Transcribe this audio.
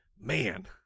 man